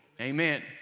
Amen